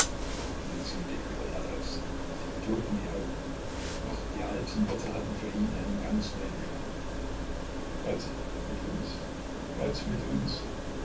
blickte gerade auf sie dem tod in die augen und die alten worte hatten für ihn einen ganz neuen klang gott mit uns gott mit uns